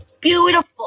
Beautiful